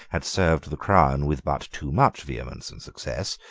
had served the crown with but too much vehemence and success,